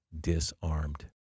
disarmed